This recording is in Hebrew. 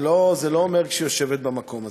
זה לא אומר, כשהיא יושבת במקום הזה.